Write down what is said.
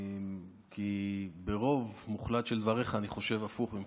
כי ברוב מוחלט של דבריך אני חושב הפוך ממך,